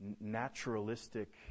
naturalistic